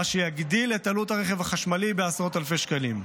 מה שיגדיל את עלות הרכב החשמלי בעשרות אלפי שקלים.